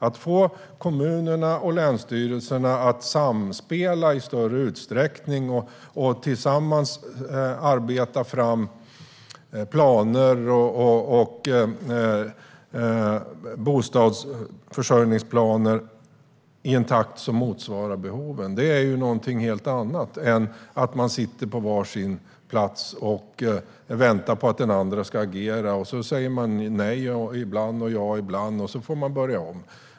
Att få kommunerna och länsstyrelserna att i större utsträckning samspela och tillsammans arbeta fram bostadsförsörjningsplaner i en takt som motsvarar behoven är något helt annat än att man sitter på var sin plats och väntar på att den andra ska agera. Ibland säger man nej och ibland ja, och sedan får man börja om.